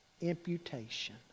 imputation